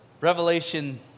Revelation